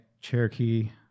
Cherokee